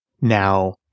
Now